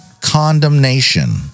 condemnation